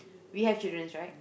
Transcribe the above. we have childrens right